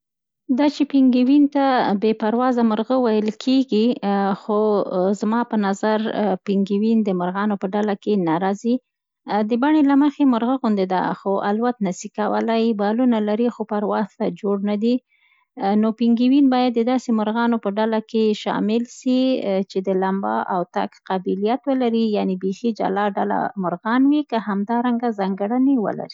دا چې، پینګوین ته بې پروازه مرغه ویل کېږي خو، زما په نظر پینګوین د مرغانو کې په ډله نه راځي. د بڼې له مخې مرغه غونده ده، خو الوت نه سي کولای، بالونه لري خو پرواز ته جوړ نه دي. نو، پینګوین باید د داسې مرغانو په ډله کې شامل سي، چې د لمبا او تګ قابلیت ولري، یعنې بیخي جلا ډله مرغان وي، که همدا رنګه ځانګړنې ولري.